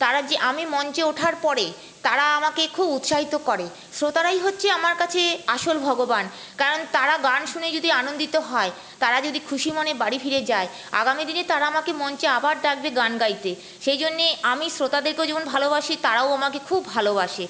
তারা যে আমি মঞ্চে ওঠার পরে তারা আমাকে খুব উৎসাহিত করে শ্রোতারাই হচ্ছে আমার কাছে আসল ভগবান কারণ তারা গান শুনে যদি আনন্দিত হয় তারা যদি খুশি মনে বাড়ি ফিরে যায় আগামী দিনে তারা আমাকে মঞ্চে আবার ডাকবে গান গাইতে সেই জন্য আমি শ্রোতাদেরকেও যেমন ভালোবাসি তারাও আমাকে খুব ভালোবাসে